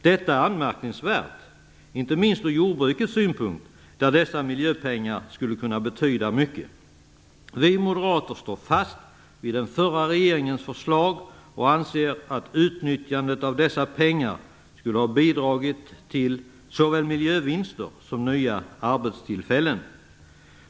Detta är anmärkningsvärt, inte minst ur jordbrukets synpunkt där dessa miljöpengar skulle kunna betyda mycket. Vi moderater står fast vid den förra regeringens förslag och anser att utnyttjandet av dessa pengar skulle ha bidragit till såväl miljövinster som nya arbetstillfällen.